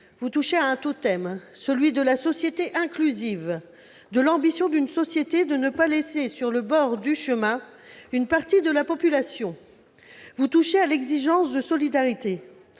vous touchez à un totem, celui de la société inclusive, celui de l'ambition pour notre société de ne pas laisser sur le bord du chemin une partie de la population. Vous touchez à l'exigence de solidarité.